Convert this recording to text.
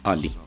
Ali